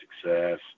success